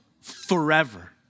forever